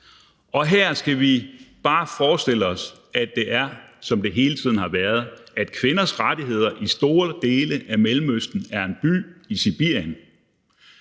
og her skal vi bare forestille os, at det er, som det hele tiden har været, nemlig at kvinders rettigheder i store dele af Mellemøsten er en by i Sibirien.